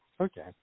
Okay